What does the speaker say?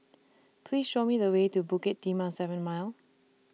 Please Show Me The Way to Bukit Timah seven Mile